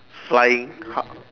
flying hard